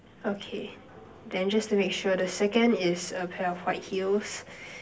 okay then just to make sure the second is a pair of white heels